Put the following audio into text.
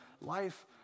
life